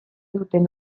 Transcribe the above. duten